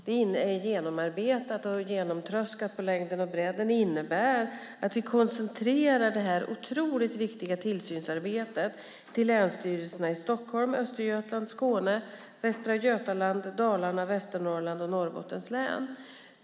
Det är genomarbetat och genomtröskat på längden och bredden och innebär att vi koncentrerar det oerhört viktiga tillsynsarbetet till länsstyrelserna i Stockholm, Östergötland, Skåne, Västra Götaland, Dalarna, Västernorrland och Norrbotten.